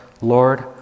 Lord